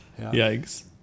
Yikes